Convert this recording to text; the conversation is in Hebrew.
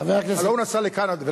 הלוא הוא נסע לקנדה.